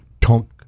Tonk